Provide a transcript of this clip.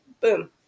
Boom